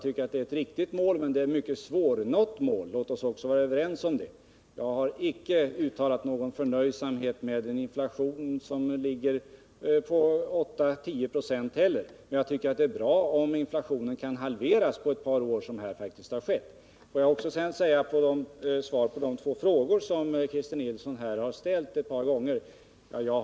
Det är ett viktigt mål, men det är ett mycket svåruppnåeligt mål — låt oss vara överens om det. Jag har icke heller uttalat någon förnöjsamhet med en inflation som ligger på 8-10 96. Men jag tycker att det är bra att inflationen har kunnat halveras under ett par års tid, vilket ju faktiskt har skett. Jag vill sedan ta upp de två frågor som Christer Nilsson ställt ett par gånger.